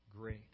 great